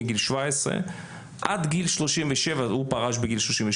מגיל 17 ועד גיל 37 הוא פרש בגיל 37